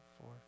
four